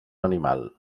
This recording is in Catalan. animal